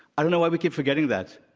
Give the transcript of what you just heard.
i don't know why we keep forgetting that.